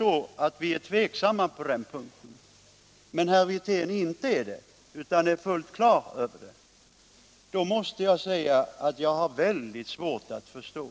Om vi nu är tveksamma på den punkten, men herr Wirtén inte är det utan har fullt klart för sig hur det ligger till, har jag mycket svårt att förstå